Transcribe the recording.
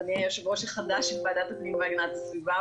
אדוני היושב ראש החדש של ועדת הפנים והגנת הסביבה.